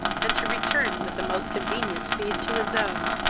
and to return with the most convenient speed to his own,